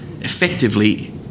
effectively